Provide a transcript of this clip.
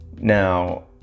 Now